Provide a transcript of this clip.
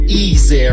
easy